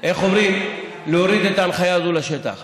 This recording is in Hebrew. איך אומרים, להוריד את ההנחיה הזו לשטח.